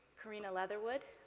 corrina leatherwood.